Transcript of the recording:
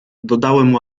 dodałem